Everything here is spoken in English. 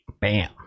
bam